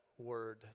word